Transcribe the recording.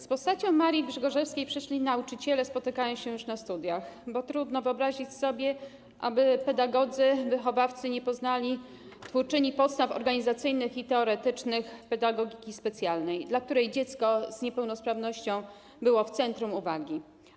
Z postacią Marii Grzegorzewskiej przyszli nauczyciele spotykają się już na studiach, bo trudno wyobrazić sobie, aby pedagodzy, wychowawcy nie poznali twórczyni podstaw organizacyjnych i teoretycznych pedagogiki specjalnej, dla której dziecko z niepełnosprawnością było w centrum uwagi.